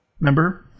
Remember